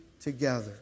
together